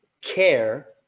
care